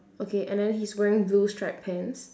okay and then he's wearing blue stripe pants